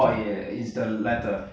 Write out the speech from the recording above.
oh ya ya it's teh latter